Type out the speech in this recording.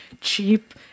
cheap